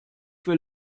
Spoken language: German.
für